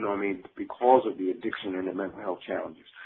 mean, because of the addiction and the mental health challenges.